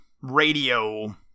radio